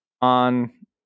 on